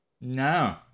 no